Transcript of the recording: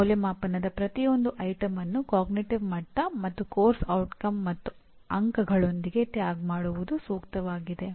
ಅಂದಾಜುವಿಕೆಯ ಪ್ರತಿಯೊಂದು ವಿಷಯವನ್ನು ಅರಿವಿನ ಮಟ್ಟ ಮತ್ತು ಪಠ್ಯಕ್ರಮದ ಪರಿಣಾಮ ಮತ್ತು ಅಂಕಗಳೊಂದಿಗೆ ಟ್ಯಾಗ್ ಮಾಡುವುದು ಸೂಕ್ತವಾಗಿದೆ